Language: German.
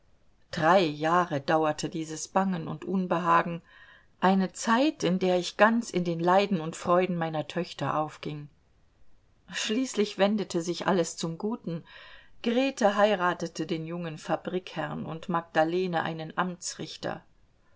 drei jahre dauerte dieses bangen und unbehagen eine zeit in der ich ganz in den leiden und freuden meiner töchter aufging schließlich wendete sich alles zum guten grete heiratete den jungen fabrikherrn und magdalene einen amtsrichter